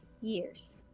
years